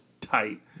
tight